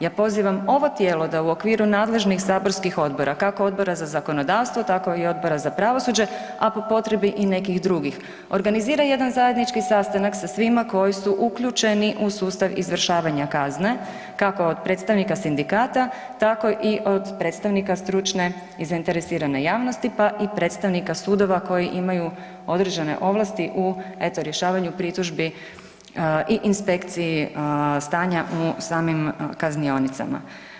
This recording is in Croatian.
Ja pozivam ovo tijelo da u okviru nadležnih saborskih odbora, kako Odbora za zakonodavstvo, tako i Odbora za pravosuđe, a po potrebi i nekih drugih, organizira jedan zajednički sastanak sa svima koji su uključeni u sustav izvršavanja kazne kako od predstavnika sindikata tako i od predstavnika stručne i zainteresirane javnosti, pa i predstavnika sudova koji imaju određene ovlasti u eto rješavanju pritužbi i inspekcije stanja u samim kaznionicama.